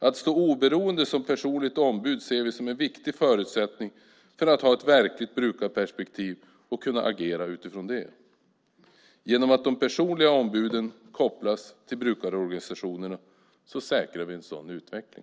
Att stå oberoende som personligt ombud ser vi som en viktig förutsättning för att ha ett verkligt brukarperspektiv och kunna agera utifrån det. Genom att de personliga ombuden kopplas till brukarorganisationerna säkrar vi en sådan utveckling.